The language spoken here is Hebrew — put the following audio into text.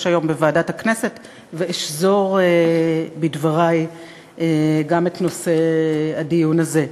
היום בוועדת הכנסת ואשזור בדברי גם את נושא הדיון הזה.